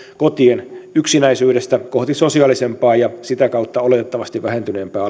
kotien yksinäisyydestä kohti sosiaalisempaa ja sitä kautta oletettavasti vähentyneempää alkoholinkäyttöä